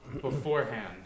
beforehand